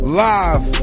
live